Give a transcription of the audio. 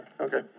Okay